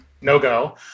no-go